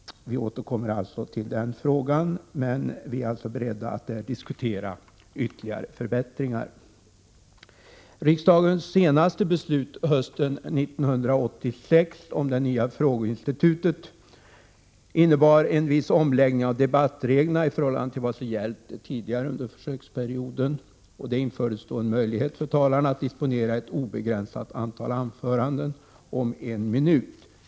Vi återkommer alltså till den frågan, och vi är beredda att diskutera ytterligare förbättringar. Riksdagens senaste beslut hösten 1986 om det nya frågeinstitutet innebar en viss omläggning av debattreglerna i förhållande till vad som gällt tidigare under försöksperioden. Det infördes då en möjlighet för talarna att disponera ett obegränsat antal anföranden om en minut.